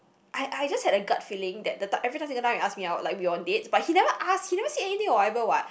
I I just had a gut feeling that the time every time single time he ask me out like we on dates but he never ask he never say anything or whatever what